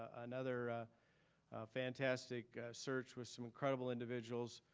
ah another fantastic search with some incredible individuals,